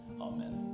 Amen